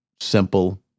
simple